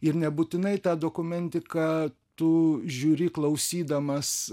ir nebūtinai tą dokumentiką tu žiūri klausydamas